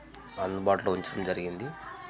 అందుబాటులో ఉంచడం జరిగినది